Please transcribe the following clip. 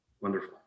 Wonderful